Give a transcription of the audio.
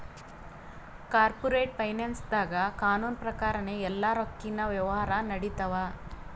corporate ಫೈನಾನ್ಸ್ದಾಗ್ ಕಾನೂನ್ ಪ್ರಕಾರನೇ ಎಲ್ಲಾ ರೊಕ್ಕಿನ್ ವ್ಯವಹಾರ್ ನಡಿತ್ತವ